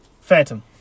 Phantom